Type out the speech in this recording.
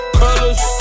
colors